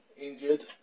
Injured